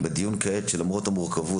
למרות המורכבות,